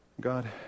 God